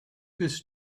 his